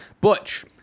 Butch